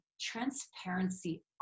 transparency